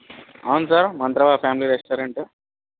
అవును సార్ మంత్రవ ఫ్యామిలీ రెస్టారెంటే